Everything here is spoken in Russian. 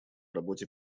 работе